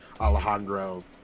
Alejandro